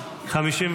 נתקבלה.